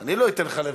אני לא אתן לך לוותר.